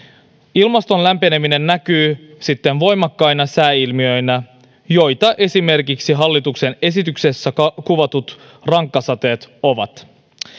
ilmaston lämpeneminen näkyy sitten voimakkaina sääilmiöinä joita esimerkiksi hallituksen esityksessä kuvatut rankkasateet ovat